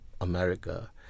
America